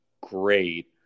great